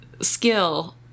skill